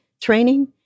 training